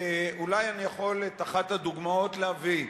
אולי אני יכול את אחת הדוגמאות להביא,